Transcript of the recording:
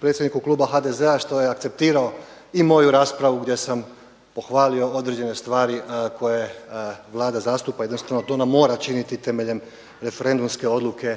predsjedniku kluba HDZ-a što je akceptirao i moju raspravu gdje sam pohvalio određene stvari koje Vlada zastupa, jednostavno to ona mora činiti temeljem referendumske odluke